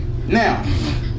now